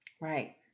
Right